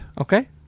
Okay